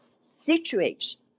situation